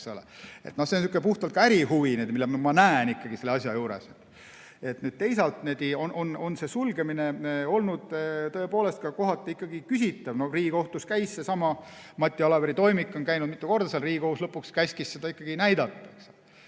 säärane puhtalt ka ärihuvi, mida ma näen selle asja juures. Teisalt on see sulgemine olnud tõepoolest teinekord küsitav. Riigikohtus käis seesama Mati Alaveri toimik, on käinud mitu korda. Riigikohus lõpuks käskis seda ikkagi näidata